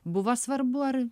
buvo svarbu ar